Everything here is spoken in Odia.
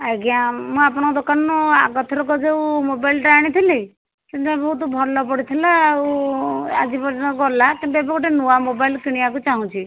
ଆଜ୍ଞା ମୁଁ ଆପଣଙ୍କ ଦୋକାନରୁ ଆଗଥର କେଉଁ ମୋବାଇଲଟା ଆଣିଥିଲି ସେଇଟା ବହୁତ ଭଲ ପଡ଼ିଥିଲା ଆଉ ଆଜି ପର୍ଯ୍ୟନ୍ତ ଗଲା କିନ୍ତୁ ଏବେ ଗୋଟେ ନୂଆଁ ମୋବାଇଲ୍ କିଣିବାକୁ ଚାହୁଁଛି